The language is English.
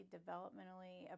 developmentally